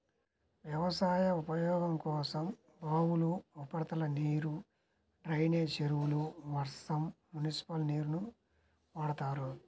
వ్యవసాయ ఉపయోగం కోసం బావులు, ఉపరితల నీరు, డ్రైనేజీ చెరువులు, వర్షం, మునిసిపల్ నీరుని వాడతారు